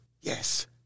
Yes